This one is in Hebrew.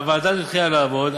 הוועדה הזאת התחילה לעבוד.